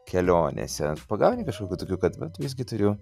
kelionėse ar pagauni kažkokių tokių kad vat visgi turiu